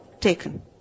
taken